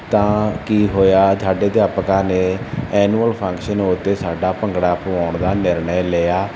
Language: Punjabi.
ਤਾਂ ਕੀ ਹੋਇਆ ਸਾਡੇ ਅਧਿਆਪਕਾਂ ਨੇ ਐਨੂਅਲ ਫੰਕਸ਼ਨ ਉੱਤੇ ਸਾਡਾ ਭੰਗੜਾ ਪਵਾਉਣ ਦਾ ਨਿਰਣਾ ਲਿਆ